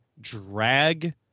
drag